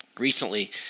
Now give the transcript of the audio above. recently